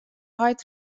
heit